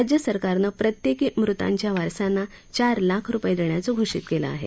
राज्य सरकारनं प्रत्येकी मृतांच्या वारसांना चार लाख रुपये देण्याचं घोषित केलं आहे